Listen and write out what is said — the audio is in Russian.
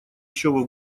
ещё